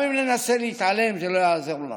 גם אם ננסה להתעלם זה לא יעזור לנו.